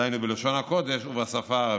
דהיינו בלשון הקודש, ובשפה הערבית,